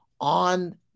on